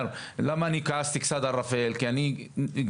למה אני כעסתי קצת על רפאל כי אני מנסה